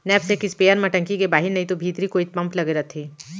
knapsack sprayer म टंकी के बाहिर नइतो भीतरी कोइत पम्प लगे रथे